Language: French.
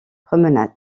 promenade